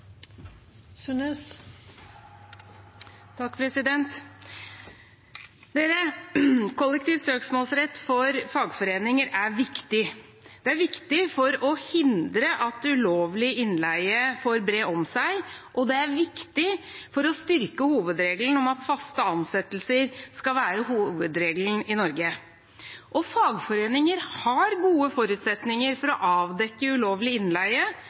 viktig. Det er viktig for å hindre at ulovlig innleie får bre om seg, og det er viktig for å styrke at faste ansettelser skal være hovedregelen i Norge. Fagforeninger har gode forutsetninger for å avdekke ulovlig innleie,